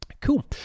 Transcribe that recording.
cool